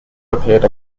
appeared